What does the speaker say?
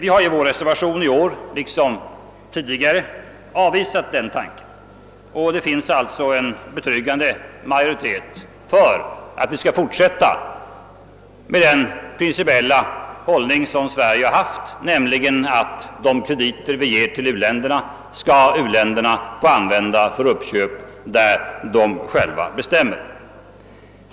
I vår reservation i år har vi liksom tidigare avvisat den tanken, och det finns sålunda en betryggande majoritet för att Sverige skall vidhålla den principiella hållning som man hittills intagit, nämligen att de krediter man ger u-länderna skall dessa länder kunna använda för köp från håll som de själva bestämmer.